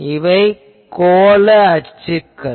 இவை கோள அச்சுக்கள்